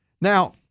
Now